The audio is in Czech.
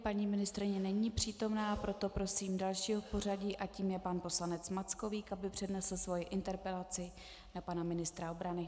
Paní ministryně není přítomna, proto prosím dalšího v pořadí a tím je pan poslanec Mackovík, aby přednesl svoji interpelaci na pana ministra obrany.